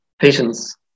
patience